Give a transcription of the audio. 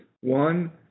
One